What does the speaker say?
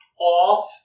off